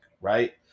right